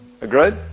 Agreed